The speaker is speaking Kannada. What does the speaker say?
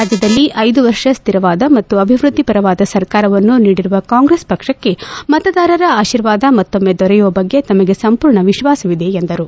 ರಾಜ್ಯದಲ್ಲಿ ಐದು ವರ್ಷ ಸ್ವಿರವಾದ ಮತ್ತು ಅಭಿದ್ದದ್ದಿ ಪರವಾದ ಸರ್ಕಾರವನ್ನು ನೀಡಿರುವ ಕಾಂಗ್ರೆಸ್ ಪಕ್ಷಕ್ಷೆ ಮತದಾರರ ಆರ್ಶೀವಾದ ಮತ್ತೊಮ್ಗೆ ದೊರೆಯುವ ಬಗ್ಗೆ ತಮಗೆ ಸಂಪೂರ್ಣ ವಿಶ್ವಾಸವಿದೆ ಎಂದರು